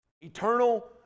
eternal